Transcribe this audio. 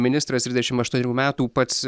ministras trisdešimt aštuonerių metų pats